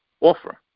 offer